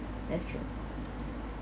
that's true